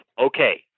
okay